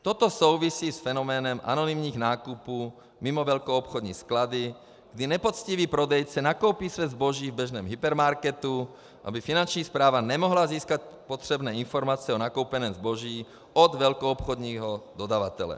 Toto souvisí s fenoménem anonymních nákupů mimo velkoobchodní sklady, kdy nepoctivý prodejce nakoupí své zboží v běžném hypermarketu, aby Finanční správa nemohla získat potřebné informace o nakoupeném zboží od velkoobchodního dodavatele.